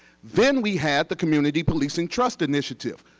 then we had the community policing trust initiative.